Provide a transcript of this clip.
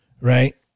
right